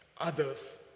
others